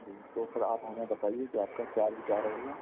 जी तो फिर आप हमें बताइए के आपका चार्ज क्या रहेगा